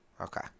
Okay